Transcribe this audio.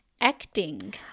acting